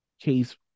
case